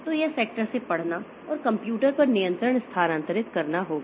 तो यह सेक्टर से पढ़ना और कंप्यूटर पर नियंत्रण स्थानांतरित करना होगा